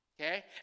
okay